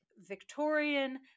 victorian